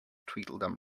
tweedledum